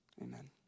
amen